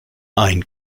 ein